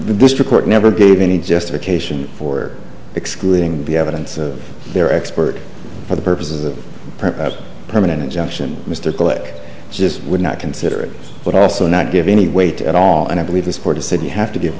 court never gave any justification for excluding the evidence of their expert for the purpose of the permanent injunction mr killick just would not consider it would also not give any weight at all and i believe this court said you have to give